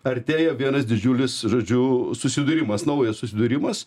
artėja vienas didžiulis žodžiu susidūrimas naujas susidūrimas